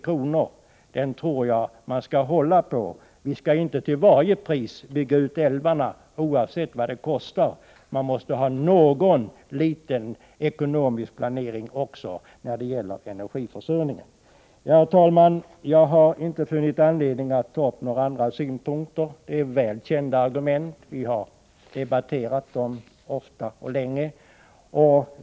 bör hållas — vi skall inte till varje pris bygga ut älvarna, oavsett vad det kostar. Vi måste ha en ekonomisk planering också när det gäller energiförsörjningen. Herr talman! Jag har inte funnit anledning att ta upp några andra synpunkter. Det är här fråga om välkända argument, som vi har debatterat ofta och länge.